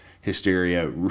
hysteria